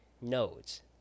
nodes